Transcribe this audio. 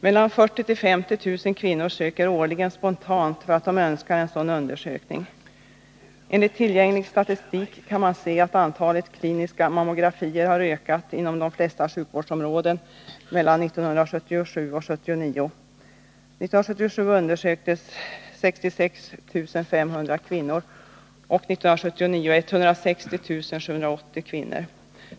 Mellan 40 000 och 50 000 kvinnor söker årligen spontant för att de önskar en sådan undersökning. Av tillgänglig statistik kan man se att antalet kliniska mammografier har ökat inom de flesta sjukvårdsområden mellan 1977 och 1979. År 1977 undersöktes 66 500 kvinnor, och år 1979 undersöktes 160 780 kvinnor.